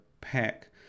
pack